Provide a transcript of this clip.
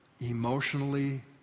emotionally